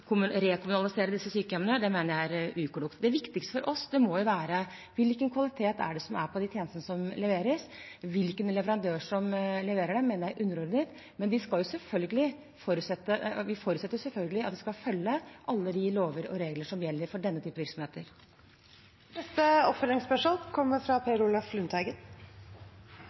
rekommunalisere disse sykehjemmene. Det mener jeg er uklokt. Det viktigste for oss må være: Hvilken kvalitet har de tjenestene som leveres? Hvilken leverandør som leverer dem, mener jeg er underordnet, men vi forutsetter selvfølgelig at de skal følge alle de lover og regler som gjelder for denne type virksomheter. Per Olaf Lundteigen – til oppfølgingsspørsmål.